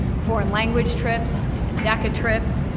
foreign language trips, indaka trips,